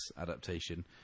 adaptation